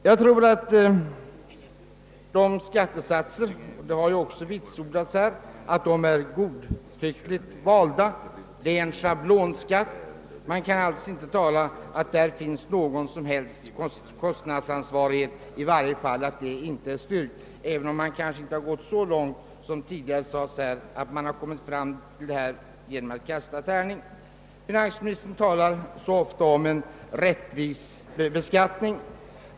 Jag tror att dessa skattesatser — och det har också vitsordats här — är godtyckligt valda. Det är en schablonskatt och man kan alltså inte tala om att det finns någon som helst styrkt kostnadsansvarighet — även om man kanske inte gått så långt som till att kasta tärning för att få fram dessa siffror. Finansministern talar ofta om en rättvis beskattning.